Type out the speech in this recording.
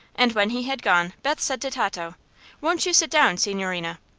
and when he had gone beth said to tato won't you sit down, signorina?